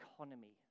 economy